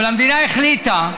אבל המדינה החליטה,